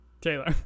Taylor